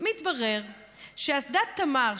מתברר שאסדת תמר,